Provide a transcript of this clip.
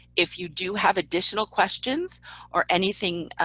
if you do have additional questions or anything,